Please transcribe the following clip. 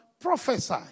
prophesy